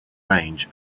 range